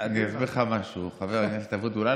אני אסביר לך משהו, חבר הכנסת אבוטבול.